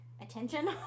attention